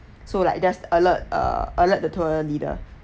so like just alert err alert the tour leader